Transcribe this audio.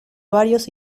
varios